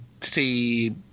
see